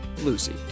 Lucy